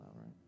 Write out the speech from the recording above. right